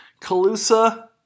Calusa